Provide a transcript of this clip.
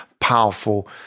powerful